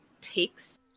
takes